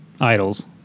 idols